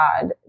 God